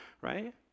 right